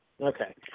Okay